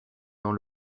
dans